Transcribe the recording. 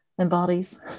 embodies